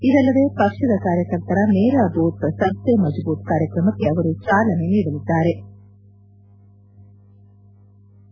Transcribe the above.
ಇದಲ್ಲದೆ ಪಕ್ಷದ ಕಾರ್ಯಕರ್ತರ ಮೇರಾ ಬೂತ್ ಸಬ್ಸೆ ಮಜ್ಬೂತ್ ಕಾರ್ಯಕ್ರಮಕ್ಷೆ ಅವರು ಚಾಲನೆ ನೀಡಲಿದ್ಲಾರೆ